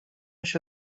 się